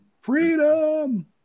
freedom